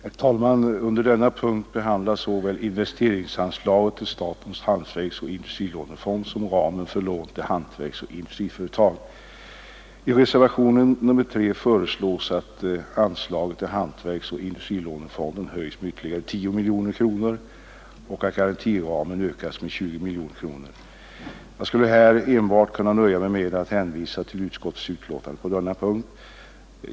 Herr talman! Under denna punkt behandlas såväl investeringsanslaget till statens hantverksoch industrilånefond som ramen för lån till hantverksoch industriföretag. I reservationen 3 föreslås att anslaget till hantverksoch industrilånefonden höjs med ytterligare 10 miljoner kronor och att garantiramen ökas med 20 miljoner kronor. Jag skulle kunna nöja mig med att hänvisa till utskottets utlåtande på denna punkt.